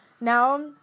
Now